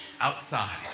outside